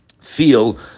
feel